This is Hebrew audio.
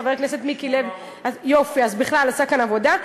חבר הכנסת מיקי לוי עשה כאן עבודה,